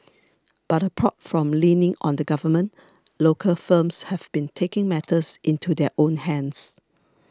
but apart from leaning on the Government local firms have been taking matters into their own hands